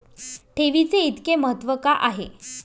ठेवीचे इतके महत्व का आहे?